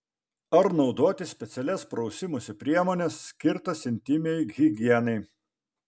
ar naudoti specialias prausimosi priemones skirtas intymiai higienai